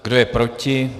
Kdo je proti?